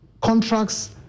contracts